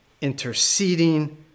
interceding